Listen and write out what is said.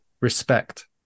Respect